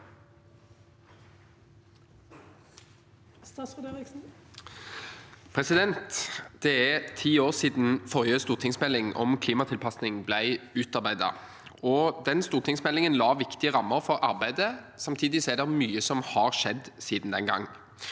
Det er ti år siden forrige stortingsmelding om klimatilpasning ble utarbeidet. Den stortingsmeldingen la viktige rammer for arbeidet. Samtidig er det mye som har skjedd siden den gang.